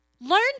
Learn